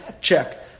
check